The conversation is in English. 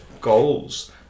goals